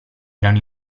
erano